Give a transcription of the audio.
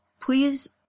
please